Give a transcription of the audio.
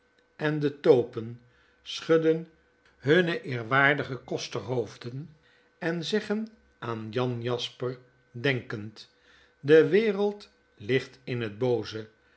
en de topen schudden hunne eerwaardige kostershoofden en zeggen aan jan jasper denkend de wereld ligt in het booze